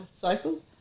cycle